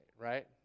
right